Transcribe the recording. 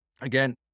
again